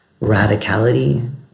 radicality